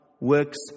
works